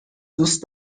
دوست